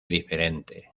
diferente